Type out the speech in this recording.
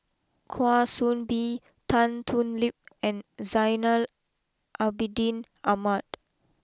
Kwa Soon Bee Tan Thoon Lip and Zainal Abidin Ahmad